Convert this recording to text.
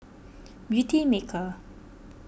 Beautymaker